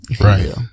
Right